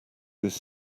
this